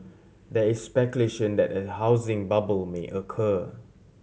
there is speculation that a housing bubble may occur